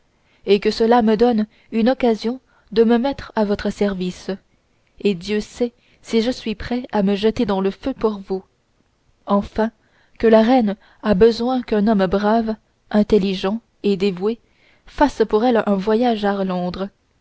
et que cela me donne une occasion de me mettre à votre service et dieu sait si je suis prêt à me jeter dans le feu pour vous enfin que la reine a besoin qu'un homme brave intelligent et dévoué fasse pour elle un voyage à londres